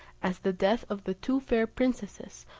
as the death of the two fair princesses,